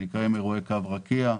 שנקראים "אירועי קו רקיע",